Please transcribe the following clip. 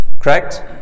correct